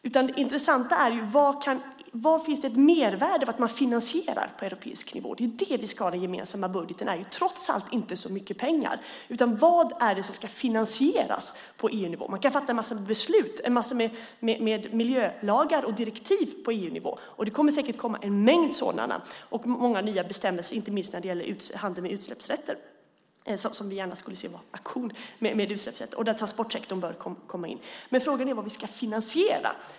Det intressanta är var det finns ett mervärde för att finansiera detta på europeisk nivå. Det är det vi ska ha den gemensamma budgeten till. Det är trots allt inte fråga om så mycket pengar. Vad är det som ska finansieras på europeisk nivå? Man kan fatta massor av beslut om miljölagar och direktiv och ha bestämmelser på EU-nivå, och en mängd sådana kommer säkert också. Det gäller inte minst i fråga om handeln med utsläppsrätter. Vi skulle gärna se att det var auktion med utsläppsrätter. Där bör transportsektorn komma in. Men frågan är alltså vad vi ska finansiera.